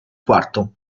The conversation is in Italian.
quarto